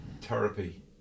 Therapy